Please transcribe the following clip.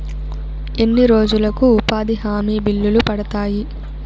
ఎన్ని రోజులకు ఉపాధి హామీ బిల్లులు పడతాయి?